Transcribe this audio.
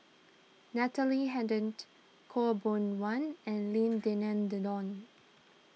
Natalie Hennedige Khaw Boon Wan and Lim Denan Denon